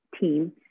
team